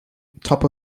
top